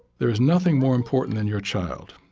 there is nothing more important than your child.